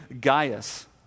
Gaius